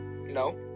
No